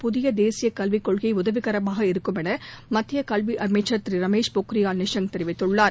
புதிய தேசிய கல்விக் கொள்கை உதவிகரமாக இருக்கும் என மத்திய கல்வித்துறை அமைச்சர் திரு ரமேஷ் பொக்ரியால் நிஷாங்க் தெரிவித்துள்ளார்